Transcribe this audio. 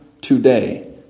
Today